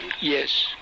Yes